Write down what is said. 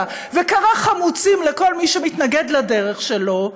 וקרא "חמוצים" לכל מי שמתנגד לדרך שלו,